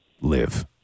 live